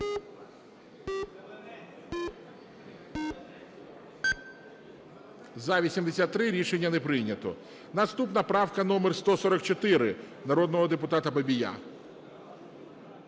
За-83 Рішення не прийнято. Наступна правка номер 144 народного депутата Бабія.